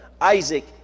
Isaac